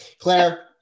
claire